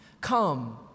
come